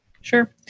Sure